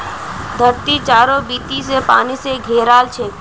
धरती चारों बीती स पानी स घेराल छेक